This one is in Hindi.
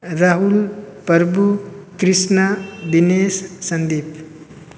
राहुल प्रभु कृष्णा दिनेश संदीप